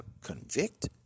convict